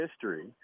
history